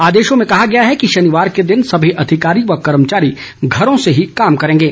आदेशों में कहा गया है कि शनिवार के दिन समी अधिकारी व कर्मचारी घरों से ही काम करेंगे